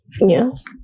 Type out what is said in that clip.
Yes